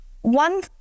One